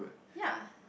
ya